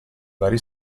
vari